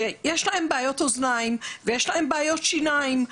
שיש להם בעיות אוזניים ובעיות שיניים.